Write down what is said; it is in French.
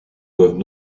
doivent